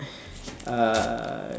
uh